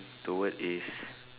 the word is